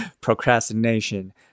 Procrastination